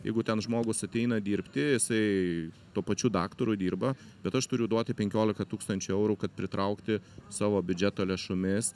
jeigu ten žmogus ateina dirbti jisai tuo pačiu daktaru dirba bet aš turiu duoti penkiolika tūkstančių eurų kad pritraukti savo biudžeto lėšomis